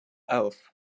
elf